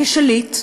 כשליט,